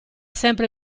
sempre